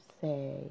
say